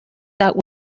out